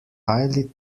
highly